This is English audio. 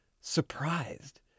surprised